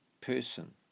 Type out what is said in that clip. person